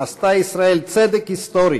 עשתה ישראל צדק היסטורי